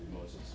Moses